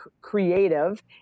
creative